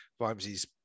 Vimesy's